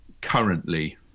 currently